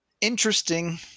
Interesting